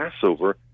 Passover